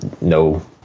no